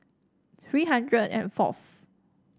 three hundred and forth